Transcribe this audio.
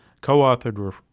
co-authored